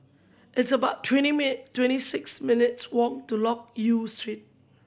it's about twenty twenty six minutes' walk to Loke Yew Street